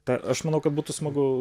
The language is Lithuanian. tą aš manau kad būtų smagu